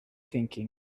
thinking